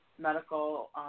medical